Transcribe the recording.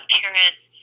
parents